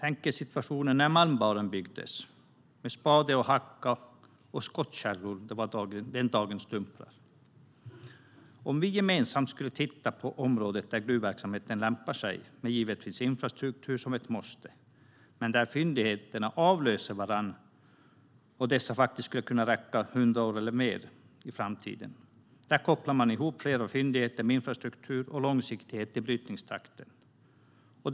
Tänk er situationen när Malmbanan byggdes med spade och hacka och där skottkärror var den tidens dumprar! Vi skulle gemensamt kunna se på områden där gruvverksamhet lämpar sig, givetvis med infrastruktur som ett måste, där fyndigheterna avlöser varandra och där de skulle kunna räcka 100 år eller mer fram i tiden. Där skulle man kunna koppla ihop flera fyndigheter med infrastruktur och långsiktighet i brytningstakten.